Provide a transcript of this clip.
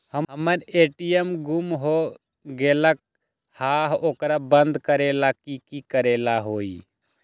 हमर ए.टी.एम गुम हो गेलक ह ओकरा बंद करेला कि कि करेला होई है?